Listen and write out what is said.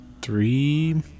three